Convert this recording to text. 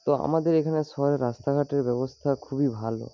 তো আমাদের এখানে শহরে রাস্তাঘাটের ব্যবস্থা খুবই ভালো